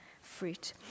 fruit